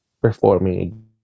performing